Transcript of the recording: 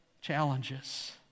challenges